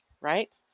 right